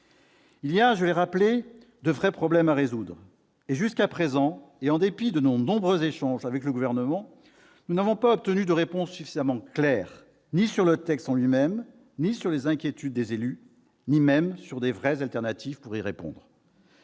Il y a, je l'ai rappelé, de vrais problèmes à résoudre et, jusqu'à présent, en dépit de nos nombreux échanges avec le Gouvernement, nous n'avons obtenu de réponses suffisamment claires, ni sur le texte en lui-même, ni sur les inquiétudes des élus, ni même sur de vraies alternatives pour y répondre.